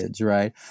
Right